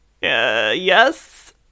Yes